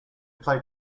play